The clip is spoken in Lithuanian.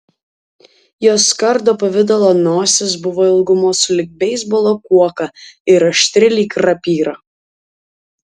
jos kardo pavidalo nosis buvo ilgumo sulig beisbolo kuoka ir aštri lyg rapyra